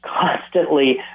constantly